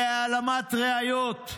להעלמת ראיות.